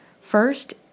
First